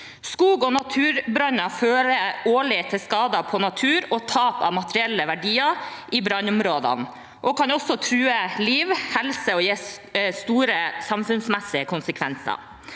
Skog og naturbranner fører årlig til skader på natur og tap av materielle verdier i brannområdene. De kan også true liv og helse og gi store samfunnsmessige konsekvenser.